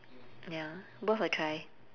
ya worth a try